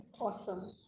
Awesome